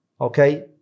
Okay